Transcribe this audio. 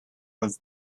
was